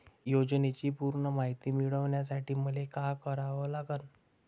योजनेची पूर्ण मायती मिळवासाठी मले का करावं लागन?